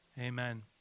Amen